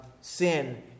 sin